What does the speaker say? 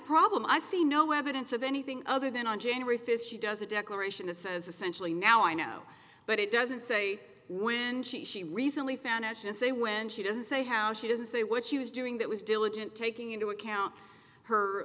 problem i see no web didn't say anything other than on january fifth she does a declaration it says essentially now i know but it doesn't say when she she recently found out she say when she doesn't say how she doesn't say what she was doing that was diligent taking into account her